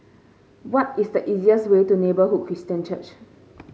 what is the easiest way to Neighbourhood Christian Church